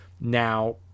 Now